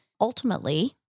Ultimately